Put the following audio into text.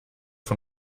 von